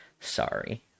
Sorry